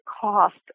cost